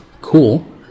cool